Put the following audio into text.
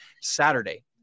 Saturday